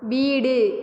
வீடு